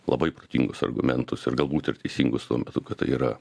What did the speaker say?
labai protingus argumentus ir galbūt ir teisingus tuo metu kad tai yra